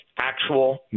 actual